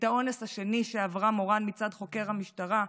את האונס השני עברה מורן מצד חוקר המשטרה,